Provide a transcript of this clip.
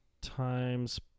Times